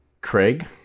Craig